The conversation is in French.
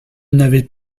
n’avait